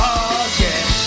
again